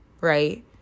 right